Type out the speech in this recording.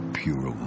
pure